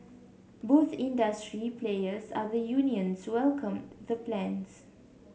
both industry players and the unions welcomed the plans